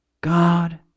God